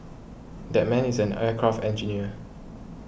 that man is an aircraft engineer